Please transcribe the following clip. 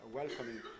welcoming